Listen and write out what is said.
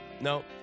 No